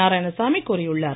நாராயணசாமி கூறியுள்ளார்